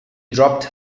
dropped